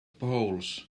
poles